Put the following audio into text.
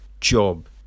job